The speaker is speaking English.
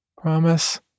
Promise